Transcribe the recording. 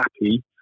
happy